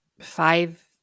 five